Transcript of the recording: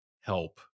help